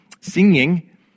Singing